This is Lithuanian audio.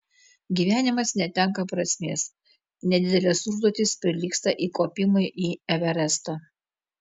gyvenimas netenka prasmės nedidelės užduotys prilygsta įkopimui į everestą